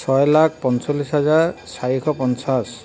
ছয় লাখ পঞ্চল্লিছ হাজাৰ চাৰিশ পঞ্চাছ